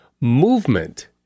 Movement